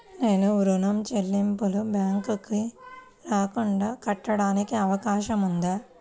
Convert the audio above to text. నేను ఋణం చెల్లింపులు బ్యాంకుకి రాకుండా కట్టడానికి అవకాశం ఉందా?